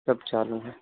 सब चालू है